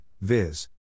viz